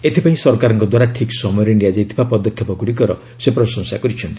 ଏଥିପାଇଁ ସରକାରଙ୍କ ଦ୍ୱାରା ଠିକ୍ ସମୟରେ ନିଆଯାଇଥିବା ପଦକ୍ଷେପଗୁଡ଼ିକର ସେ ପ୍ରଶଂସା କରିଛନ୍ତି